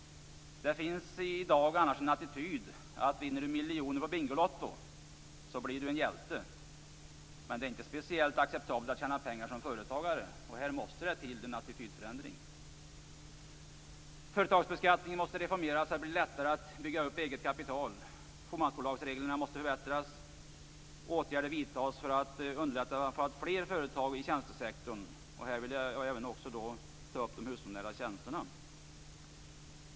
Det finns i dag en attityd att om du vinner miljoner på Bingolotto så blir du en hjälte. Det är inte lika acceptabelt att tjäna pengar som företagare. Här måste det till en attitydförändring. Företagsbeskattningen måste reformeras så att det blir lättare att bygga upp ett eget kapital. Fåmansbolagsreglerna måste förbättras. Åtgärder måste vidtas för att underlätta för att få fler företag i tjänstesektorn, och här vill jag att även de hushållsnära tjänsterna beaktas.